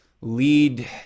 lead